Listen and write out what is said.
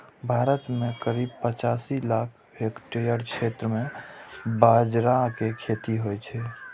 भारत मे करीब पचासी लाख हेक्टेयर क्षेत्र मे बाजरा के खेती होइ छै